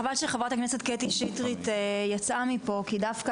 חבל שחברת הכנסת קטי שטרית יצאה מפה כי דווקא